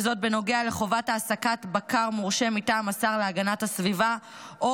וזאת בנוגע לחובת העסקת בקר מורשה מטעם השר להגנת הסביבה או